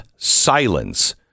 Silence